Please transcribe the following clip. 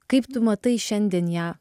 kaip tu matai šiandien ją